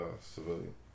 civilian